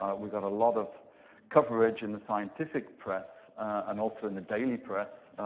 ah we got a lot of coverage in the scientific press and also in the daily press.